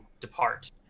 depart